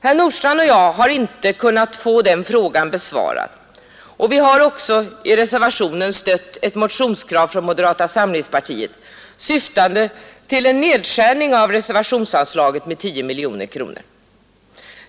Herr Nordstrandh och jag har inte kunnat få den frågan besvarad, och vi har också i reservationen stött ett motionskrav från moderata samlingspartiet syftande till en nedskärning av reservationsanslaget med 10 miljoner.